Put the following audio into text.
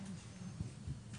בסדר.